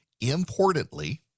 importantly